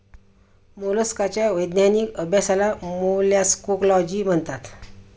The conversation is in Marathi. मोलस्काच्या वैज्ञानिक अभ्यासाला मोलॅस्कोलॉजी म्हणतात